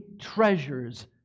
treasures